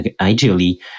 ideally